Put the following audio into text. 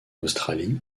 australie